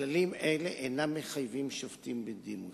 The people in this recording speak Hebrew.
"כללים אלה אינם מחייבים שופטים בדימוס.